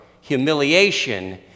humiliation